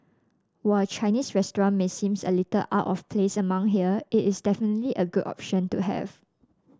while a Chinese restaurant may seem a little out of place among here it is definitely a good option to have